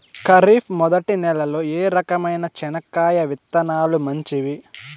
ఖరీఫ్ మొదటి నెల లో ఏ రకమైన చెనక్కాయ విత్తనాలు మంచివి